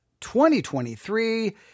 2023